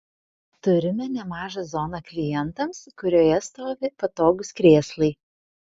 turime nemažą zoną klientams kurioje stovi patogūs krėslai